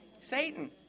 Satan